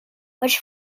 which